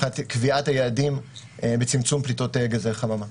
מבחינת קביעת היעדים בצמצום פליטות גזי חממה.